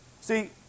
See